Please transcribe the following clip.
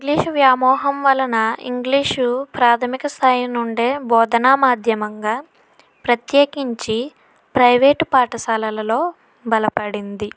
English వ్యామోహం వలన English ప్రాథమిక స్థాయి నుండి బోధన మాధ్యమంగా ప్రత్యేకించి ప్రైవేటు పాఠశాలలలో బలపడింది